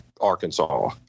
Arkansas